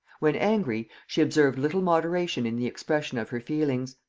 when angry, she observed little moderation in the expression of her feelings.